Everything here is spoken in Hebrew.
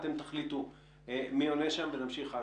ואתם תחליטו מי עונה ונמשיך הלאה.